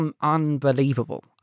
unbelievable